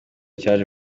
cyaje